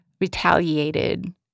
retaliated